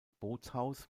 bootshaus